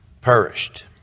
perished